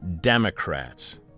Democrats